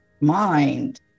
mind